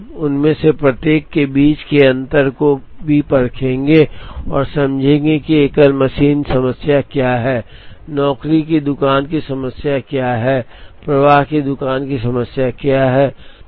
अब हम उनमें से प्रत्येक के बीच के अंतर को भी परखेंगे और समझेंगे कि एकल मशीन समस्या क्या है नौकरी की दुकान की समस्या क्या है प्रवाह की दुकान की समस्या क्या है